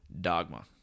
dogma